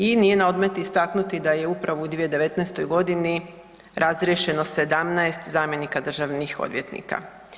I nije na odmet istaknuti da je upravo u 2019. godini razriješeno 17 zamjenika državnih odvjetnika.